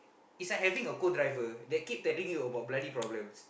is like having a co-driver that keep telling you about bloody problems